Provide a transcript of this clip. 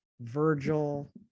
Virgil